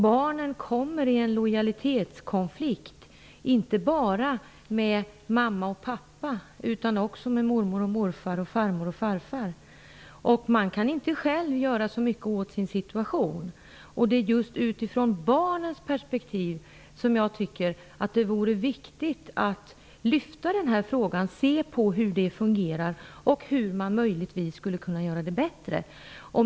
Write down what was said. Barnen kommer också i en lojalitetskonflikt, inte bara med mamma och pappa utan också med mormor och morfar samt farmor och farfar. Och barnet självt kan inte göra så mycket åt sin situation. Det är just utifrån barnens perspektiv som jag tycker att det är viktigt att lyfta fram denna fråga för att se hur det fungerar och för att se om det möjligtvis går att åstadkomma någon förbättring.